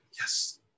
yes